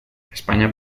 españa